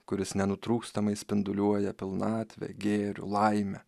kuris nenutrūkstamai spinduliuoja pilnatvę gėrį laimę